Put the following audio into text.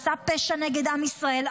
עשה פשע נגד עם ישראל,